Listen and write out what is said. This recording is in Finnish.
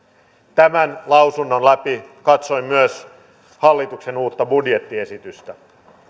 tämän lausunnon läpi katsoin myös hallituksen uutta budjettiesitystä